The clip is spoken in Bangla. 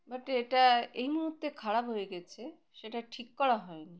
বাট এটা এই মুহূর্তে খারাপ হয়ে গেছে সেটা ঠিক করা হয়নি